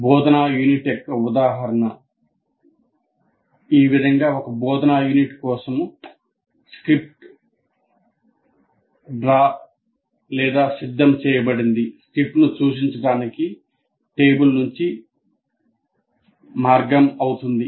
బోధనా యూనిట్ యొక్క ఉదాహరణ ఈ విధంగా ఒక బోధనా యూనిట్ కోసం స్క్రిప్ట్ డ్రా సిద్ధం చేయబడింది స్క్రిప్ట్ను సూచించడానికి టేబుల్ మంచి మార్గం అవుతుంది